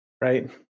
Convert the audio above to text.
right